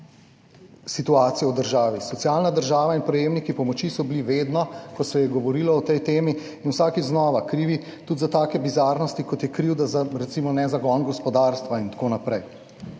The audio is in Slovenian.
situacijo v državi. Socialna država in prejemniki pomoči so bili vedno, ko se je govorilo o tej temi in vsakič znova krivi tudi za take bizarnosti, kot je krivda za recimo ne zagon gospodarstva in tako naprej.